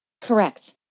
Correct